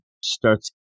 starts